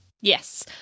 Yes